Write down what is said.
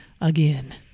again